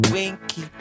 Winky